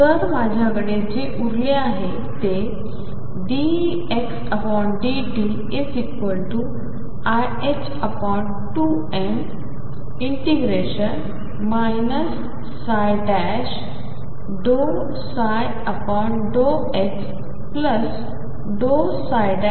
तर माझ्याकडे जे उरले आहे ते ddt⟨x⟩iℏ2m∫ ∂ψ∂x∂xdx आहे